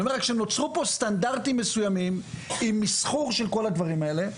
אני אומר רק שנוצרו פה סטנדרטים מסוימים עם מסחור של כל הדברים האלה,